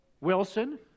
Wilson